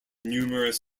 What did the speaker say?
numerous